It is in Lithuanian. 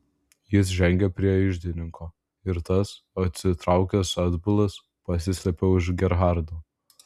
jis žengė prie iždininko ir tas atsitraukęs atbulas pasislėpė už gerhardo